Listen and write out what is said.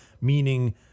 meaning